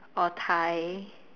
or Thai